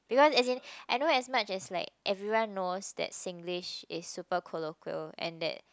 because as in I know as much as like everyone knows that Singlish is super colloquial and that